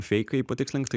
feikai patikslink tai